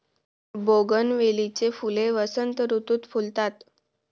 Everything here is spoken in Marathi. बोगनवेलीची फुले वसंत ऋतुत फुलतात